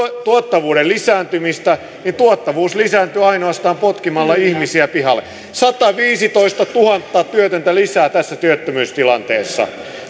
tuottavuuden lisääntymistä niin tuottavuus lisääntyy ainoastaan potkimalla ihmisiä pihalle sataviisitoistatuhatta työtöntä lisää tässä työttömyystilanteessa